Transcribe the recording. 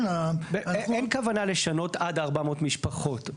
אין כוונה לשנות עד 400 משפחות.